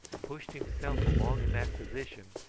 pushed himself along in that position,